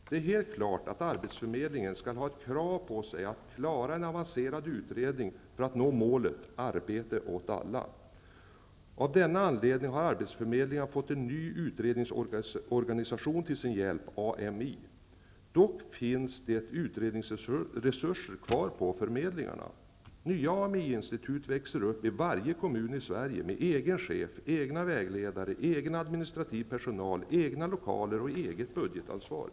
Det är helt klart att arbetsförmedlingen skall ha ett krav på sig att klara en avancerad utredning för att nå målet arbete åt alla. Av denna anledning har arbetsförmedlingarna fått en ny utredningsorganisation till sin hjälp, AMI. Dock finns det utredningsresurser kvar på förmedlingarna. Nya AMI-institut växer upp i varje kommun i Sverige, med egen chef, egna vägledare, egen administrativ personal, egna lokaler och eget budgetansvar.